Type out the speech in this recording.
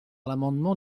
l’amendement